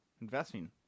investing